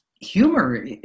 humor